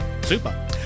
Super